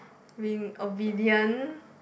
being obedient